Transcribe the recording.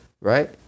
Right